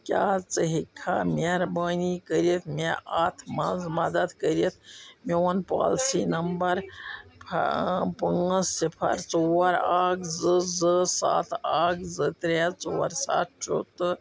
کیٛاہ ژٕ ہیٚکہِ کھا مہربٲنی کٔرتھ مےٚ اتھ منٛز مدد کٔرتھ میٛون پوٛالسی نمبر فا پانٛژھ صفر ژور اکھ زٕ زٕ ستھ اکھ زٕ ترٛےٚ ژور ستھ چھُ تہٕ